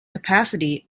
capacity